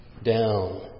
Down